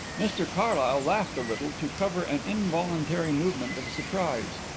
mr carlyle laughed a little to cover an involuntary movement of surprise.